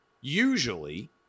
Usually